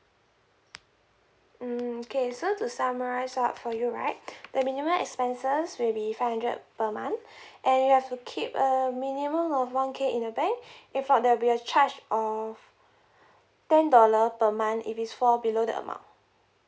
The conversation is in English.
mm okay so to summarize up for you right the minimum expenses will be five hundred per month and you have to keep a minimum of one K in the bank if not there will be a charge of ten dollar per month if it's fall below the amount